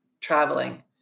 traveling